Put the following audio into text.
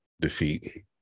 defeat